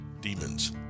demons